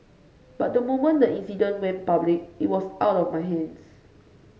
but the moment the incident went public it was out of my hands